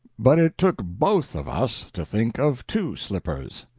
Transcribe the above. but it took both of us to think of two slippers.